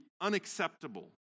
unacceptable